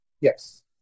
yes